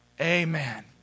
amen